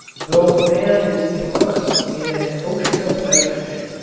though man is immersed in an ocean of nitrogen,